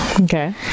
Okay